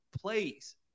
plays